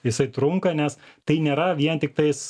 jisai trunka nes tai nėra vien tiktais